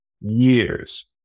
years